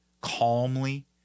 calmly